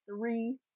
three